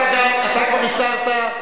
אתה כבר הסרת.